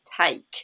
take